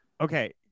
Okay